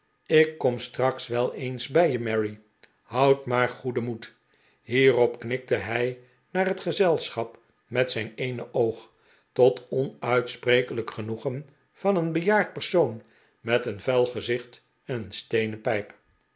ik kom straks wel eens bij je mary houd maar goeden moed hierop knikte hij naar het gezelschap met zijn eene oog tot onuitsprekelijk genoegen van een bejaard persoon met een vuil gezicht en een steenen pijp